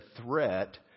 threat